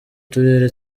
turere